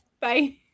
bye